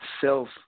self